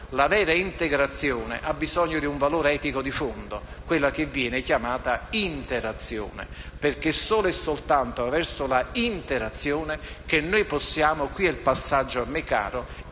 La vera integrazione ha bisogno di un valore etico di fondo, quella che viene chiamata interazione, perché solo e soltanto attraverso la interazione noi possiamo - è un passaggio a me caro